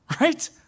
right